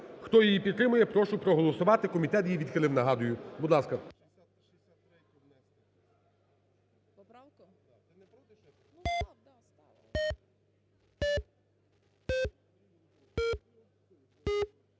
Хто її підтримує, я прошу проголосувати, комітет її відхилив, нагадую, будь ласка.